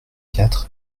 quatre